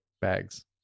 bags